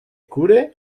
cura